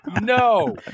No